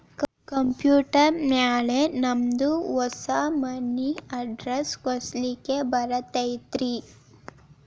Computer ಮ್ಯಾಲೆ ನಮ್ದು ಹೊಸಾ ಮನಿ ಅಡ್ರೆಸ್ ಕುಡ್ಸ್ಲಿಕ್ಕೆ ಬರತೈತ್ರಿ?